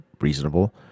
reasonable